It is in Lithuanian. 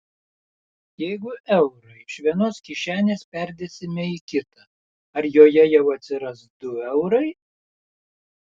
jeigu eurą iš vienos kišenės perdėsime į kitą ar joje jau atsiras du eurai